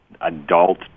adult